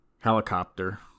Helicopter